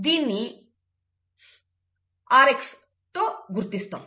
దీన్ని rx తో గుర్తిస్తాం